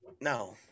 No